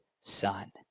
son